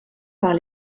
par